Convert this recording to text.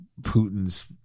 putin's